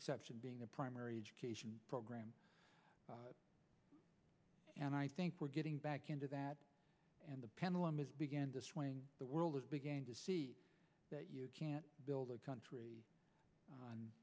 exception being a primary education program and i think we're getting back into that and the pendulum is began to swing the world is beginning to see that you can't build a country on